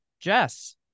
Jess